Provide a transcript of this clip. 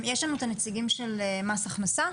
יש לנו את הנציגים של מס הכנסה?